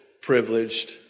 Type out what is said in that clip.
privileged